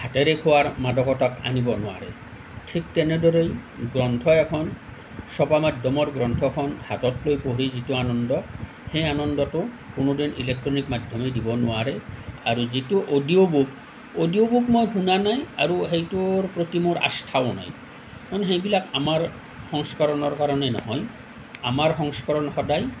হাতেৰে খোৱাৰ মাদকতাত আনিব নোৱাৰে ঠিক তেনেদৰেই গ্ৰন্থ এখন ছপা মাধ্যমৰ গ্ৰন্থখন হাতত লৈ পঢ়ি যিটো আনন্দ সেই আনন্দটো কোনো দিন ইলেকট্ৰনিক মাধ্যমে দিব নোৱাৰে আৰু যিটো অডিঅ' বুক অডিঅ' বুক মই শুনা নাই আৰু সেইটোৰ প্ৰতি মোৰ আস্থাও নাই কাৰণ সেইবিলাক আমাৰ সংস্কাৰণৰ কাৰণে নহয় আমাৰ সংস্কাৰণ সদায়